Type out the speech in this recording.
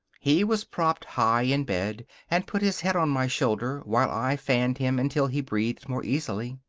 he was propped high in bed and put his head on my shoulder while i fanned him until he breathed more easily.